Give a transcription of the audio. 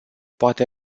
poate